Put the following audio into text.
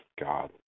God